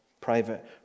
Private